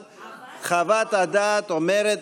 אומרת,